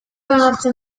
onartzen